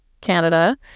Canada